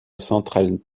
centrales